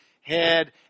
head